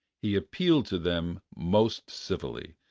he appealed to them most civilly,